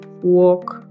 walk